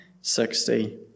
sixty